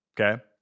okay